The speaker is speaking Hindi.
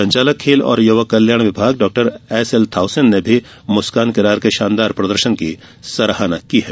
संचालक खेल और युवा कल्याण डॉ एस एल थाउसेन ने भी मुस्कान के शानदार प्रदर्शन की सराहना की है